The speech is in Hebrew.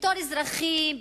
בתור אזרחים,